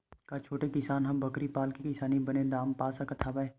का छोटे किसान ह बकरी पाल के किसानी के बने दाम पा सकत हवय?